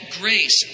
grace